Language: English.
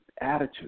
attitude